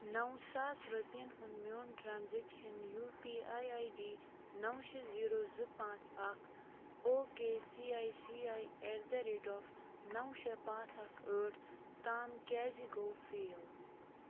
نَو ساس رۄپیَن ہُنٛد میون transaction U P I I D نَو شےٚ زیٖرو زٕ پانٛژھ اکھ O K C I C I at the rate of نَو شےٚ پانٛژھ اکھ ٲٹھ تام کیٛازِ گوٚو فیل